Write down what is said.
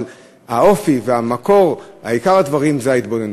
אבל האופי והמקור, עיקר הדברים, זה ההתבוננות.